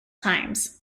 times